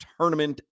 tournament